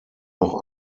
noch